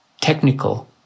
technical